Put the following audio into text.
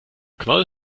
knoll